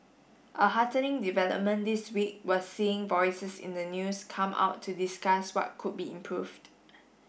a heartening development this week was seeing voices in the news come out to discuss what could be improved